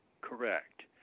correct